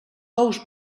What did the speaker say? ous